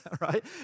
Right